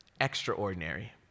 Extraordinary